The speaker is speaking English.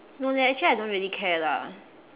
no leh actually I don't really care lah